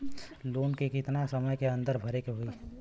Loan के कितना समय के अंदर भरे के होई?